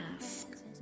ask